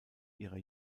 ihrer